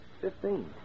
Fifteen